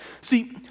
See